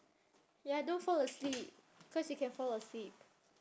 ya don't fall asleep cause you can fall asleep